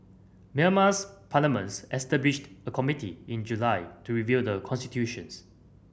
Myanmar's parliaments established a committee in July to reviewed the constitutions